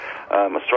australia